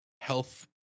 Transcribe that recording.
health